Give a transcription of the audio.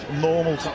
Normal